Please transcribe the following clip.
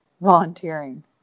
volunteering